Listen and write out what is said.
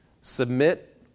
Submit